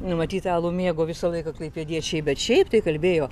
matyt alų mėgo visą laiką klaipėdiečiai bet šiaip tai kalbėjo